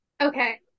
Okay